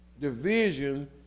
division